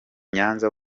nyanza